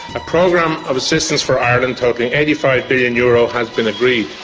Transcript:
a program of assistance for ireland totalling eighty five billion euro has been agreed.